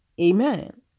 amen